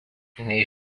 nei